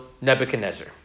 Nebuchadnezzar